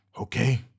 Okay